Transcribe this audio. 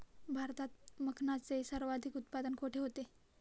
भारतात मखनाचे सर्वाधिक उत्पादन कोठे होते?